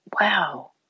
wow